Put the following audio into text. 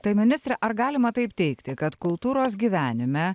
tai ministre ar galima taip teigti kad kultūros gyvenime